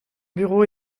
bureau